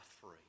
free